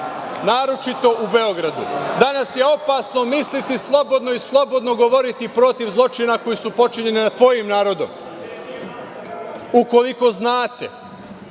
naročito u Beogradu. Danas je opasno misliti slobodno i slobodno govoriti protiv zločina koji su počinjeni nad tvojim narodom, ukoliko znate